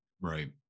Right